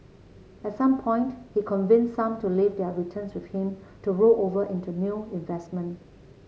at some point he convinced some to leave their returns with him to roll over into new investment